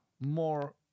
more